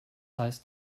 heißt